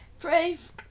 Brave